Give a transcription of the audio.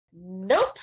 nope